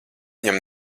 viņam